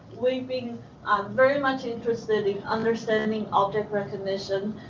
we've been very much interested in understanding object recognition.